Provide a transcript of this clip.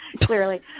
clearly